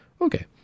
Okay